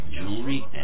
jewelry